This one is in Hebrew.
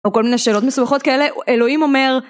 או כל מיני שאלות מסובכות כאלה, אלוהים אומר